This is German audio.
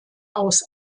aus